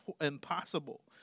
impossible